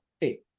Hey